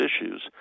issues